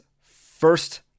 First